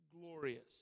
glorious